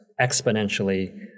exponentially